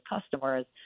customers